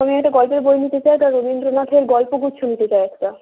আমি একটা গল্পের বই নিতে চাই তা রবীন্দ্রনাথের গল্পগুচ্ছ নিতে চাই একটা